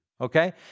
Okay